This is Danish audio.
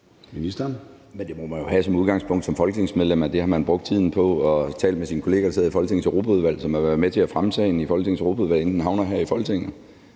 Men man må jo have som udgangspunkt som folketingsmedlem, at det har man brugt tiden på og talt med sin kollega, der sidder i Folketingets Europaudvalg, som har været med til at fremme sagen i Folketingets Europaudvalg, inden den havner her i Folketingssalen.